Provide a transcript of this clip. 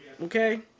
Okay